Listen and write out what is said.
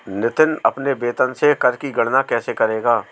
नितिन अपने वेतन से कर की गणना कैसे करेगा?